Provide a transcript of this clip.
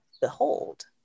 behold